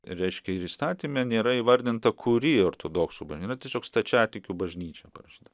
reiškia ir įstatyme nėra įvardinta kuri ortodoksų yra tiesiog stačiatikių bažnyčia parašyta